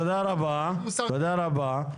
חבר הכנסת קרעי, תודה רבה.